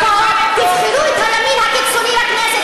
אתם פה תבחרו את המנהיג הקיצוני לכנסת